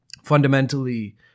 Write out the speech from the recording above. Fundamentally